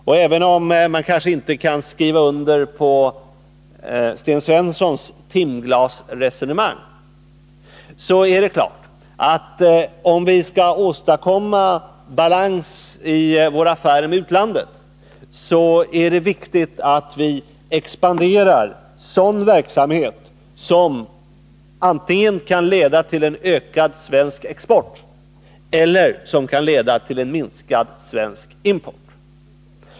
Och även om man kanske inte kan skriva under på Sten Svenssons timglasresonemang är det klart att om vi skall åstadkomma balans i våra affärer med utlandet är det viktigt att vi expanderar sådan verksamhet som kan leda till antingen en ökad svensk export eller en minskad svensk import.